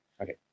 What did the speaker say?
Okay